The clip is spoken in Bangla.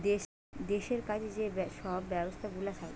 দেশের কাজে যে সব ব্যবস্থাগুলা থাকে